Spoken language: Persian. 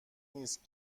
نیست